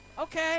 Okay